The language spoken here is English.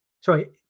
sorry